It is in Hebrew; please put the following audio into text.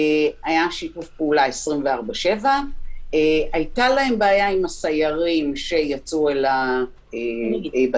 היה שיתוף פעולה 24/7. הייתה להם בעיה עם הסיירים שיצאו אל הבתים,